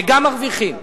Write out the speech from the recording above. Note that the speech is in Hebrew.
וגם מרוויחים.